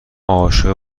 عاشق